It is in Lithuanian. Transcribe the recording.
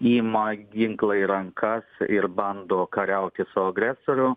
ima ginklą į rankas ir bando kariauti su agresoriu